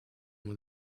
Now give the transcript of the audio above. when